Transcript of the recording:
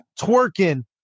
Twerking